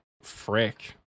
frick